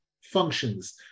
functions